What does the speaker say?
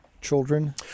children